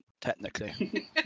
technically